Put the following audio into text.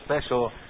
special